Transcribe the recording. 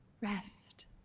Rest